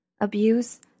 Abuse